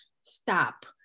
stop